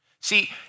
See